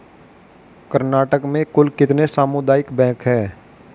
कर्नाटक में कुल कितने सामुदायिक बैंक है